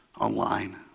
online